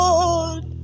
Lord